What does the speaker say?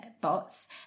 bots